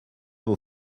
vos